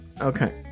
Okay